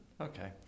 Okay